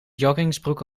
joggingsbroek